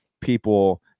people